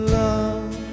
love